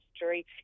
history